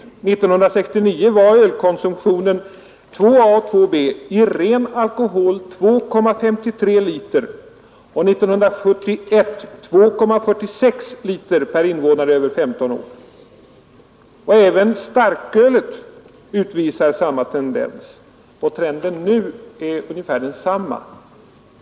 1969 var ölkonsumtionen i ren alkohol 2,53 liter och 1971 var den 2,46 liter per invånare över 15 år. Även starkölet uppvisar samma tendens, och trenden nu är ungefär densamma.